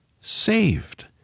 saved